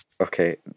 Okay